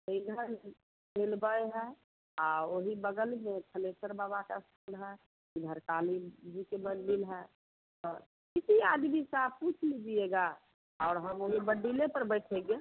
तो इधन है आ वही बगल में थलेसर बाबा के है इधर काली जी के मंदिल है हँ किसी आदमी से आप पूछ लीजिएगा और हम वही मंदिले पर बैठेंगे